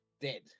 dead